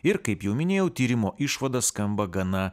ir kaip jau minėjau tyrimo išvada skamba gana